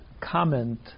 comment